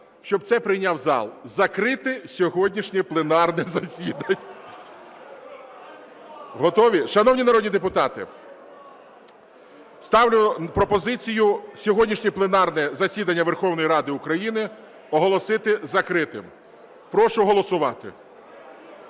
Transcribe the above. щоб це прийняв зал, закрити сьогоднішнє пленарне засідання. Готові? Шановні народні депутати, ставлю пропозицію сьогоднішнє пленарне засідання Верховної Ради України оголосити закритим. Прошу голосувати.